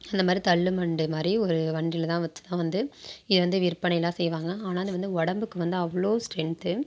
அந்தமாதிரி தள்ளு வண்டுமாதிரி ஒரு வண்டியில் தான் வச்சு தான் வந்து இதை வந்து விற்பனைலாம் செய்வாங்க ஆனால் அது வந்து உடம்புக்கு வந்து அவ்வளோ ஸ்ட்ரென்த்து